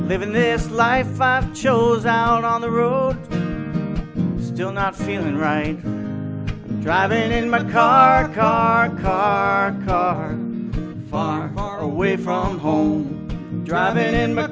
living this life i chose out on the road still not feeling right driving in my car car car car far away from home driving in my